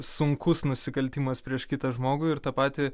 sunkus nusikaltimas prieš kitą žmogų ir tą patį